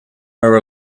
are